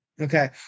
Okay